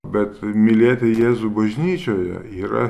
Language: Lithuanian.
bet mylėti jėzų bažnyčioje yra